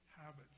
habits